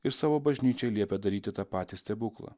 ir savo bažnyčiai liepė daryti tą patį stebuklą